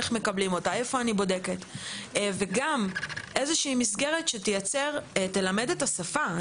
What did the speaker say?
איך מקבלים אותה ואיפה אני בודקת וגם מסגרת שתלמד את השפה,